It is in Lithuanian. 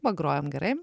pagrojam gerai